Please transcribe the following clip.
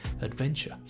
adventure